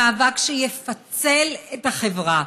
למאבק שיפצל את החברה.